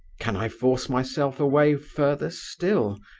can i force myself away further still,